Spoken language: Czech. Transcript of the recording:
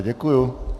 Děkuju!